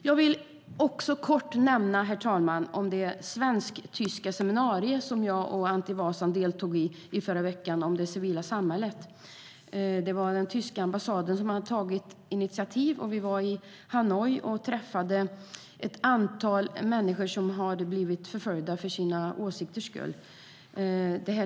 Låt mig också kort nämna det svensk-tyska seminarium i förra veckan som jag och Anti Avsan deltog i om det civila samhället. Den tyska ambassaden hade tagit initiativet, och vi var i Hanoi och träffade ett antal människor som blivit förföljda för sina åsikters skull.